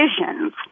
decisions